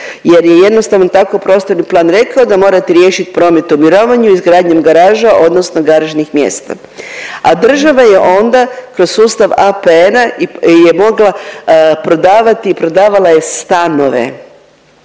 jer je jednostavno tako prostorni plan rekao da morate riješit promet u mirovanju izgradnjom garaža odnosno garažnih mjesta. A država je onda kroz sustav APN-a je mogla prodavati i prodavala je stanove